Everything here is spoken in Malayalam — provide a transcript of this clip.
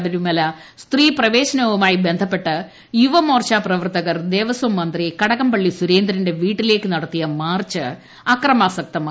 ശബരിമല സ്ത്രീ പ്രവേശനവുമായി ബന്ധപ്പെട്ട് യുവമോർച്ച പ്രവർത്തകർ ദേവസ്വംമന്ത്രി കടകംപള്ളി സുരേന്ദ്രന്റെ വീട്ടിലേയ്ക്ക് നടത്തിയ മാർച്ച് അക്രമാസക്തമായി